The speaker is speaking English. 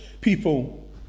people